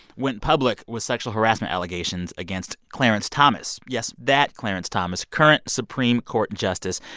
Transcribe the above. went public with sexual harassment allegations against clarence thomas. yes, that clarence thomas, current supreme court justice.